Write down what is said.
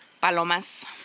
Palomas